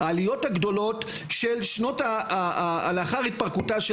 העליות הגדולות של לאחר התפרקותה של